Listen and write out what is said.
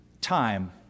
time